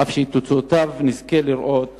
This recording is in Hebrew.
אף שאת תוצאותיו נזכה לראות